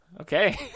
Okay